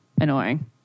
annoying